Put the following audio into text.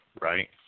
right